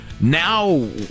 now